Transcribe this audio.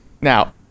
Now